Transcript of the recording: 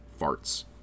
farts